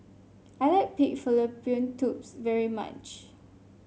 I like Pig Fallopian Tubes very much